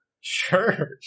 Sure